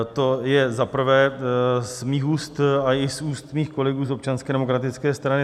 To je za prvé z mých úst, a i z úst mých kolegů z Občanské demokratické strany.